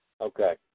Okay